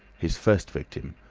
his first victim,